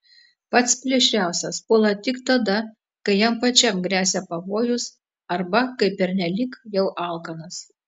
pats plėšriausias puola tik tada kai jam pačiam gresia pavojus arba kai pernelyg jau alkanas